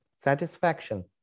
satisfaction